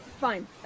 fine